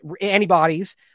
antibodies